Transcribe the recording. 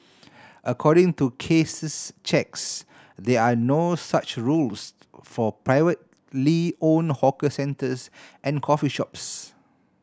according to Case's checks there are no such rules for privately owned hawker centres and coffee shops